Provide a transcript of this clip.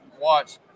watch